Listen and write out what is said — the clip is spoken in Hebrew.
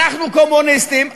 אנחנו קומוניסטים,